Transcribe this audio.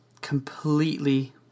completely